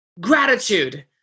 Gratitude